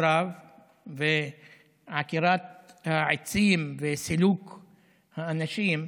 ועקירת העצים וסילוק האנשים,